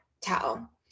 tell